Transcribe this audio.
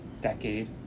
decade